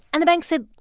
and the bank said,